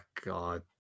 god